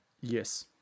Yes